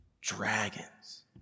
Dragons